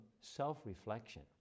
self-reflection